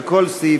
על כל סעיפיהם,